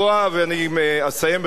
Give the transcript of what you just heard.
ואני אסיים בכך,